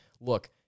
look